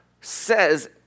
says